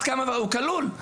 הוא כלול.